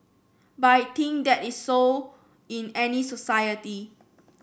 but I think that is so in any society